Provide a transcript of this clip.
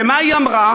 ומה היא אמרה?